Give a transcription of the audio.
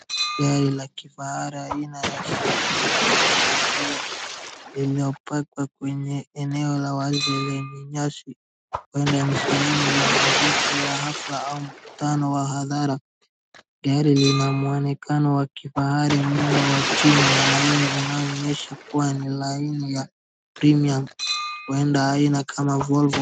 Gari la kifahari aina ya sedan ya rangi ya fedha lililopakiwa kwenye eneo la wazi lenye nyasi. Huenda ni sehemu ya maegesho ya hafla au mkutano wa hadhara. Gari lina muonekano wa kifahari, muundo wa chini na laini unaonyesha kuwa ni laini ya Premium . Huenda aina kama Volvo .